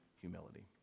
humility